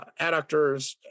adductors